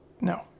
no